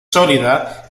sólida